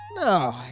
No